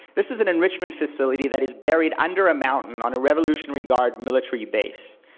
this is an enrichment facility that is buried under a mountain on a revolutionary guard military base.